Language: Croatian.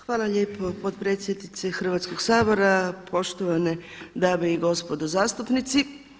Hvala lijepo potpredsjednice Hrvatskoga sabora, poštovane dame i gospodo zastupnici.